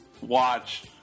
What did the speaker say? watch